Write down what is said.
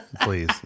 Please